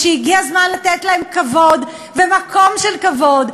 שהגיע הזמן לתת להם כבוד ומקום של כבוד,